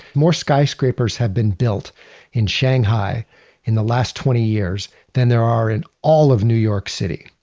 more skyscrapers have been built in shanghai in the last twenty years than there are in all of new york city.